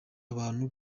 abantu